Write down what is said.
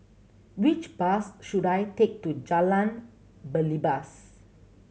which bus should I take to Jalan Belibas